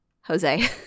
Jose